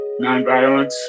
nonviolence